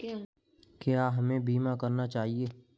क्या हमें बीमा करना चाहिए?